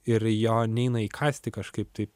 ir jo neina įkąsti kažkaip tai